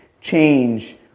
change